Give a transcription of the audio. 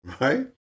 Right